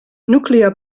nuclear